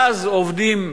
ואז עובדים,